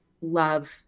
love